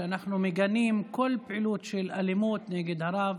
שאנחנו מגנים כל פעילות של אלימות נגד הרב